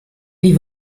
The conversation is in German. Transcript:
wie